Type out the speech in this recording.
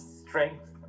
strength